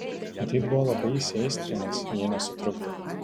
matyt buvo labai įsiaistrinęs jei nesutrukdė